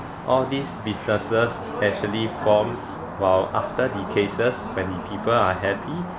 all these businesses actually form while after the cases when the people are happy